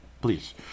Please